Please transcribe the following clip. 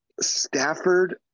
Stafford